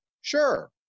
Sure